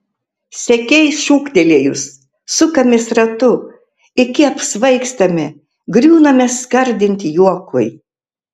sekei šūktelėjus sukamės ratu iki apsvaigstame griūname skardint juokui